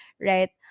right